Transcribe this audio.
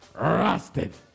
rusted